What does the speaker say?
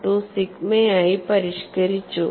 12 സിഗ്മയായി പരിഷ്ക്കരിച്ചു